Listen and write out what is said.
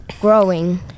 growing